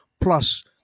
plus